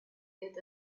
get